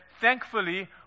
thankfully